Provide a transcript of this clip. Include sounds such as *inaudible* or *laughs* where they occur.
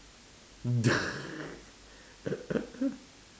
*laughs*